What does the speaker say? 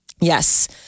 Yes